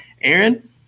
Aaron